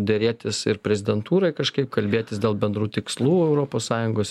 derėtis ir prezidentūrai kažkaip kalbėtis dėl bendrų tikslų europos sąjungos